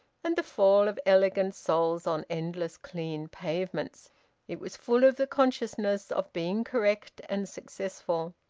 and the fall of elegant soles on endless clean pavements it was full of the consciousness of being correct and successful.